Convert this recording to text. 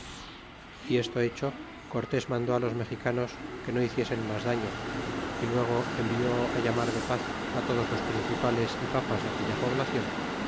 y esto hecho cortes mandó los mexicanos que no hiciesen mas daim y luego envió allarnar de paz todos los principales y papas deaquella poblacion